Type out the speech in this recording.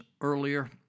earlier